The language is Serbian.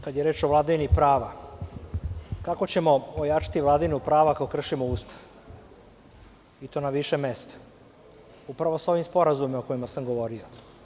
Kada je reč o vladavini prava, kako ćemo ojačati vladavinu prava kad kršimo Ustav, i to na više mesta, upravo sa ovim sporazumima o kojima sam govorio?